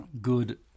good